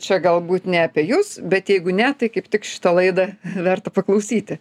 čia galbūt ne apie jus bet jeigu ne tai kaip tik šitą laidą verta paklausyti